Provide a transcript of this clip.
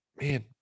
man